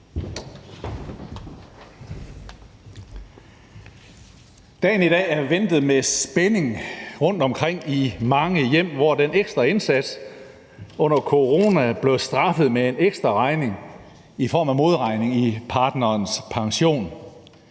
Dagen i dag er ventet med spænding rundtomkring i mange hjem, hvor den ekstra indsats under corona blev straffet med en ekstraregning i form af modregning i partnerens pension.